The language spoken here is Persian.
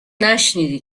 نشنیدی